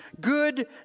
good